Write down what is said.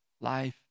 life